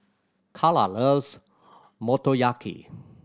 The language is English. Karla loves Motoyaki